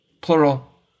plural